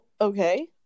Okay